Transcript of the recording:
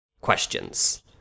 questions